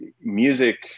music